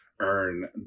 earn